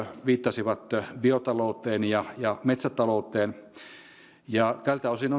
viittasivat biotalouteen ja ja metsätalouteen tältä osin